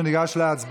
ניגש להצבעה.